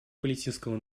палестинского